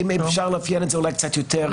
אם אפשר לאפיין את זה אולי קצת יותר.